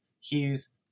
Hughes